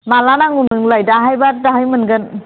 माब्ला नांगौ नोंनोलाय दाहायबा दाहाय मोनगोन